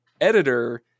editor